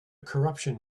corruption